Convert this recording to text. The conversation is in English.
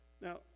Now